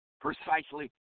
precisely